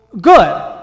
Good